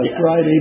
Friday